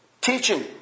teaching